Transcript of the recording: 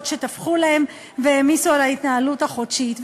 שתפחו להן והעמיסו על ההתנהלות החודשית.